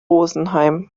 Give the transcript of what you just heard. rosenheim